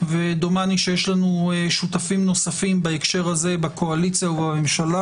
ודומני שיש לנו שותפים נוספים בהקשר הזה בקואליציה ובממשלה